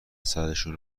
سرشون